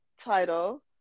title